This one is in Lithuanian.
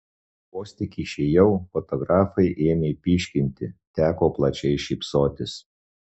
vos tik išėjau fotografai ėmė pyškinti teko plačiai šypsotis